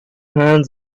hands